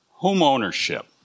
Homeownership